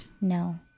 no